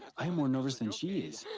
i'm more nervous than she is.